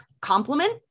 compliment